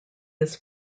his